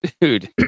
dude